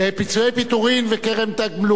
פיצויי פיטורין וקרן תגמולים,